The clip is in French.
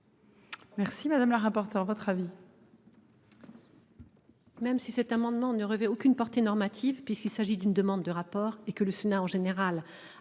Merci madame la rapporteure votre avis.